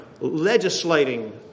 legislating